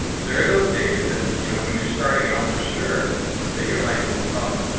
there are those days that you know, when you're starting out for sure that you're like, oh,